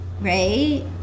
right